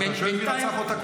אתה שואל: מי רצח אותה?